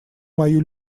мою